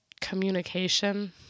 communication